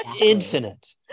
infinite